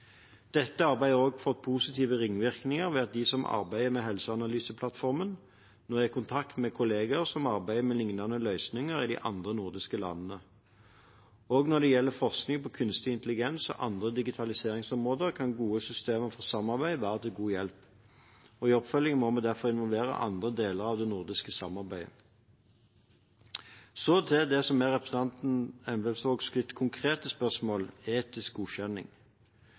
Dette arbeidet har også fått positive ringvirkninger ved at de som arbeider med Helseanalyseplattformen, nå er i kontakt med kolleger som arbeider med liknende løsninger i de andre nordiske landene. Også når det gjelder forskning på kunstig intelligens og andre digitaliseringsområder, kan gode systemer for samarbeid være til god hjelp. I oppfølgingen må vi derfor involvere andre deler av det nordiske samarbeidet. Så til det som er representanten Synnes Emblemsvågs konkrete spørsmål – etisk godkjenning: